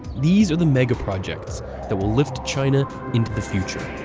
these are the megaprojects that will lift china into the future.